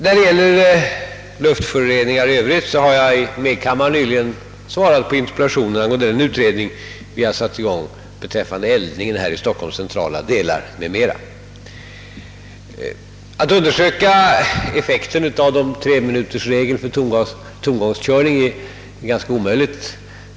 När det gäller luftföroreningar i Övrigt har jag i medkammaren nyligen svarat på interpellationer angående den utredning vi har satt i gång beträffande eldningen i Stockholms centrala delar m.m. Att undersöka effekten av treminutersregeln för tomgångskörning är dock ganska ogörligt.